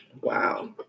Wow